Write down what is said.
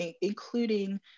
including